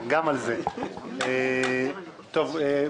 קודם כול,